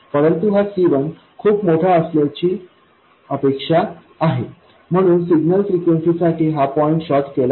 परंतु हा C1 खूप मोठा असण्याची अपेक्षा आहे म्हणून सिग्नल फ्रिक्वेन्सीसाठी हा पॉईंट शॉर्ट केला जाईल